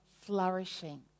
flourishing